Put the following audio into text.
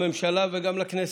לממשלה וגם לכנסת.